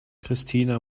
christina